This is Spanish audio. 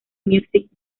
music